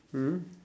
mm